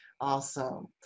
Awesome